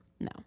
No